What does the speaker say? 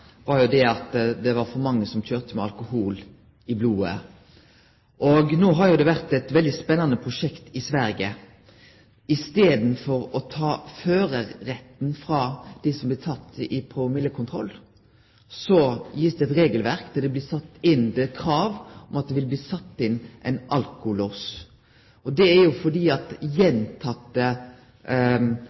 var at det var for mange som køyrde med alkohol i blodet. No har det vore eit spennande prosjekt i Sverige. I staden for å ta førarretten frå dei som blir tekne i promillekontroll, gir ein eit regelverk der det blir stilt krav om at det vil bli sett inn ein alkolås. Det er fordi